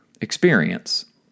experience